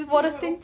when will open